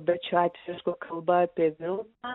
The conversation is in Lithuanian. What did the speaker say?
bet šiuo atveju kalba apie vilką